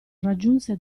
raggiunse